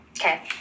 Okay